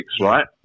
right